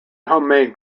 homemade